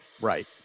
Right